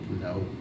No